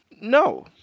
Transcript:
No